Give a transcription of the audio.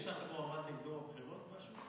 יש לך מועמד נגדו בבחירות,